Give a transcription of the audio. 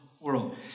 world